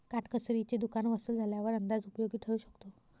काटकसरीचे दुकान वसूल झाल्यावर अंदाज उपयोगी ठरू शकतो